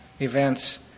events